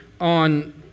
on